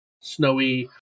snowy